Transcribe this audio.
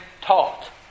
taught